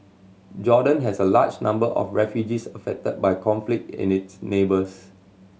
Jordan has a large number of refugees affected by conflict in its neighbours